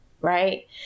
right